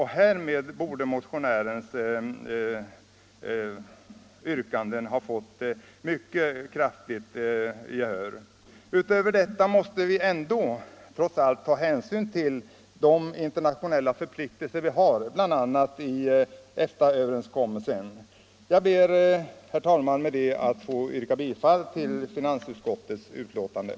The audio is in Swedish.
Härmed borde motionärens yrkande ha fått ett mycket kraftigt stöd. Utöver detta måste vi ändå trots allt ta hänsyn till de internationella förpliktelser vi har, bl.a. enligt EFTA-överenskommelsen. Jag ber, herr talman, med detta att få yrka bifall till finansutskottets hemställan.